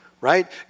right